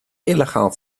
illegaal